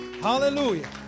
Hallelujah